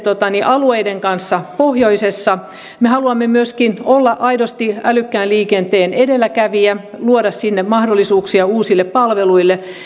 alueiden kanssa pohjoisessa me haluamme myöskin olla aidosti älykkään liikenteen edelläkävijä luoda sinne mahdollisuuksia uusille palveluille